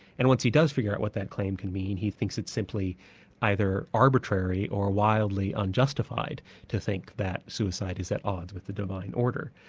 and once he does figure out what that claim can mean, he thinks it's simply either arbitrary or wildly unjustified to think that suicide is at odds with the divine order.